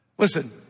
Listen